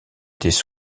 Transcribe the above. étaient